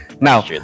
Now